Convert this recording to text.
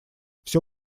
все